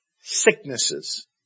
sicknesses